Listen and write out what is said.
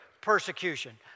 persecution